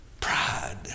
Pride